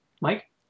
Mike